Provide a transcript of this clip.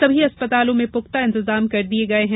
सभी अस्पतालों में पुख्ता इंतजाम कर दिए गए हैं